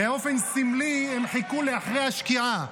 באופן סמלי הם חיכו לאחר השקיעה,